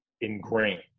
ingrained